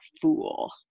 fool